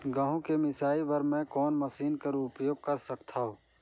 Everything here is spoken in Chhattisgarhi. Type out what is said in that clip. गहूं के मिसाई बर मै कोन मशीन कर प्रयोग कर सकधव?